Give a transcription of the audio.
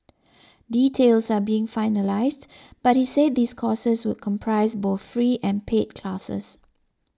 details are being finalised but he said these courses would comprise both free and paid classes